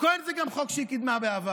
מירב כהן, זה גם חוק שהיא קידמה בעבר.